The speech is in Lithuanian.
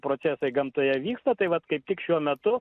procesai gamtoje vyksta tai vat kaip tik šiuo metu